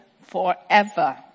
forever